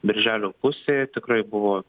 birželio pusė tikrai buvo